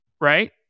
right